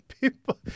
People